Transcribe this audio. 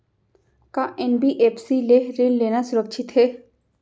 का एन.बी.एफ.सी ले ऋण लेना सुरक्षित हे?